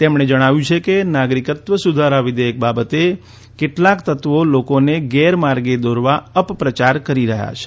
તેમણે જણાવ્યું છે કે નાગરિકત્વ સુધારા વિધેયક બાબતે કેટલાક તત્વો લોકોને ગેરમાર્ગે દોરવા અ પ્રચાર કરી રહ્યા છે